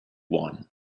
won